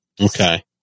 okay